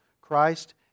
Christ